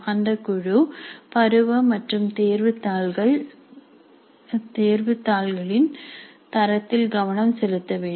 அந்த குழு பருவ மற்றும் தேர்வுத் தாள்கள் இன் தரத்தில் கவனம் செலுத்த வேண்டும்